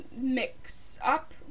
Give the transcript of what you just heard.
mix-up